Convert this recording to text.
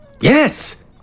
Yes